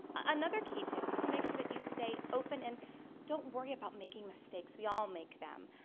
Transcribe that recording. another key tip is to make sure that you stay open and don't worry about making mistakes. we all make them.